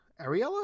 Ariella